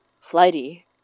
flighty